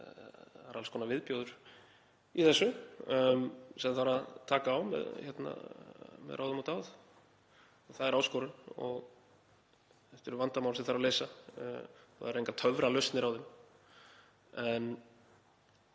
það er alls konar viðbjóður í þessu sem þarf að taka á með ráðum og dáð. Það er áskorun og þetta eru vandamál sem þarf að leysa og það eru engar töfralausnir á